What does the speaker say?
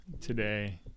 today